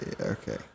Okay